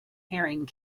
herring